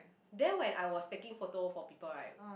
then when I was taking photo for people right